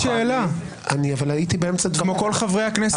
שאלתי שאלה כמו כל חברי הכנסת.